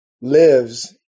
lives